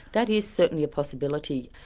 that is certainly a possibility,